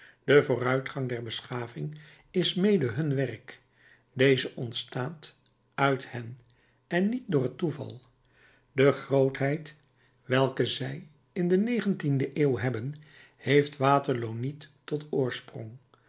de vooruitgang der beschaving is mede hun werk deze ontstaat uit hen en niet door het toeval de grootheid welke zij in de negentiende eeuw hebben heeft waterloo niet tot oorsprong